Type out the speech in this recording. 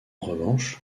revanche